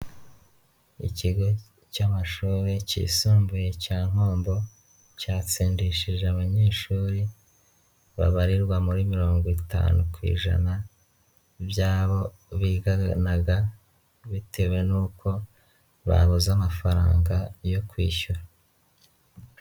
Ikigo cy'amashuri kisumbuye cya Nkombo cyatsindishije abanyeshuri babarirwa muri mirongo itanu ku ijana by'abo biganaga bitewe n'uko babuze amafaranga yo kwishyura.